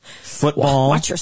football